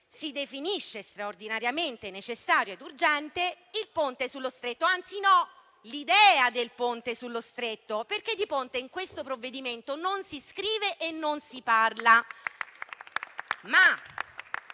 Si definisce straordinariamente necessario e urgente il Ponte sullo Stretto; anzi no: l'idea del Ponte sullo Stretto, perché di Ponte in questo provvedimento non si scrive e non si parla.